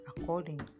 according